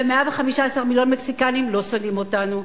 ו-115 מיליון מקסיקנים לא שונאים אותנו.